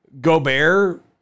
Gobert